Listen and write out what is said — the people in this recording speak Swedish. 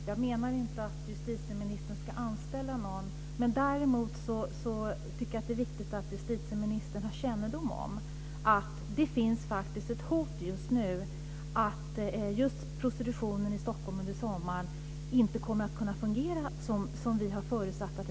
Fru talman! Jag menar inte att justitieministern ska anställa någon. Däremot tycker jag att det är viktigt att justitieministern har kännedom om att det just nu faktiskt finns ett hot att läget när det gäller prostitutionen i Stockholm under sommaren inte kommer att utvecklas så som vi har förutsatt.